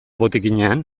botikinean